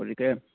গতিকে